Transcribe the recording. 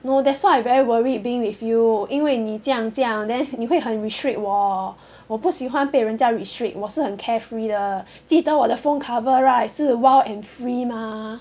no that's why I very worried being with you 因为你这样这样 then 你会很 restrict 我我不喜欢被人家 restrict 我是很 carefree 的记得我的 phone cover right 是 wild and free mah